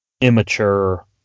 immature